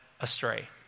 astray